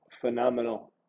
phenomenal